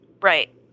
Right